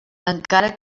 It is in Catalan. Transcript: encara